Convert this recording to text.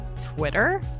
Twitter